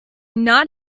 not